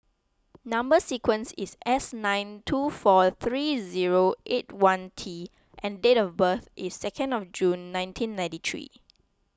Number Sequence is S nine two four three zero eight one T and date of birth is second of June nineteen ninety three